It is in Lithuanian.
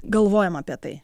galvojam apie tai